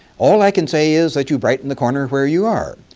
all i can say is that you brighten the corner where you are.